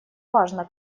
важно